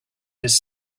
his